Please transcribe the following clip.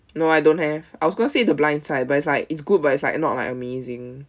no I don't have I was going to say the blind side but it's like it's good but it's like not like amazing